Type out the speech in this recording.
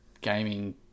gaming